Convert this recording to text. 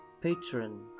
patron